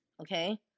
okay